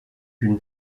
une